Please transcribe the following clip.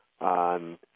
on